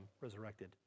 resurrected